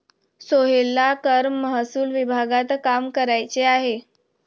सोहेलला कर महसूल विभागात काम करायचे आहे